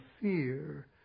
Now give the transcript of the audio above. fear